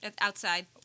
outside